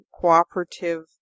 cooperative